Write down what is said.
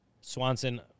Swanson